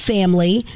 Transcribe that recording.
Family